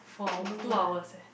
for two hours eh